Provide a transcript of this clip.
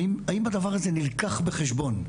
האם הדבר הזה נלקח בחשבון?